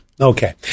Okay